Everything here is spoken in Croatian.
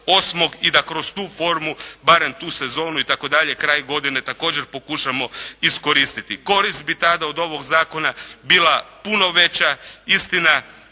i da kroz tu formu barem tu sezonu, itd. kraj godine također pokušamo iskoristiti. Korist bi tada od ovog zakona bila puno veća, istina